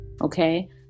okay